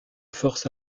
force